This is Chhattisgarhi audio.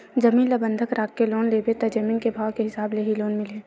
जमीन ल बंधक राखके लोन लेबे त जमीन के भाव के हिसाब ले ही लोन मिलही